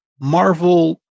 Marvel